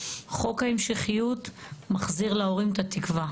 חוק ההמשכיות מחזיר להורים את התקווה.